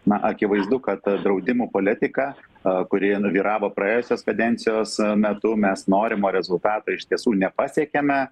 na akivaizdu kad draudimų politiką kuri nu vyravo praėjusios kadencijos metu mes norimo rezultato iš tiesų nepasiekėme